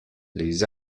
les